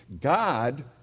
God